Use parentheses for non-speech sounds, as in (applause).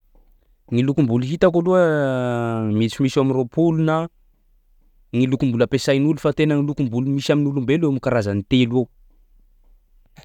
(noise) Ny lokom-bolo hitako aloha misimisy eo am'roapolo na ny lokom-bolo ampiasain'olo fa tena ny lokom-bolo misy amin'olombelo eo am'karazany telo eo.